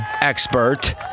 expert